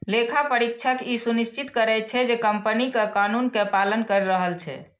लेखा परीक्षक ई सुनिश्चित करै छै, जे कंपनी कर कानून के पालन करि रहल छै